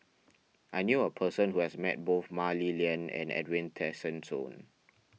I knew a person who has met both Mah Li Lian and Edwin Tessensohn